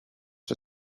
for